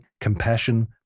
compassion